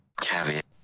Caveat